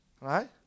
right